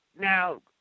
Now